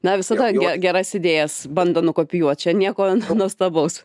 na visada geras idėjas bando nukopijuot čia nieko nuostabaus